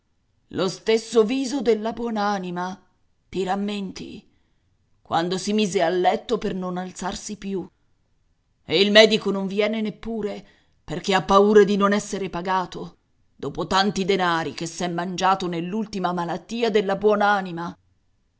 lo stesso viso della buon'anima ti rammenti quando si mise a letto per non alzarsi più e il medico non viene neppure perché ha paura di non esser pagato dopo tanti denari che s'è mangiati nell'ultima malattia della buon'anima